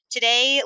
Today